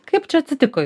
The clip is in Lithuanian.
kaip čia atsitiko